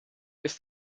ist